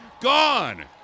gone